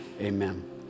amen